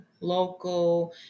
local